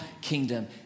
kingdom